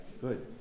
Good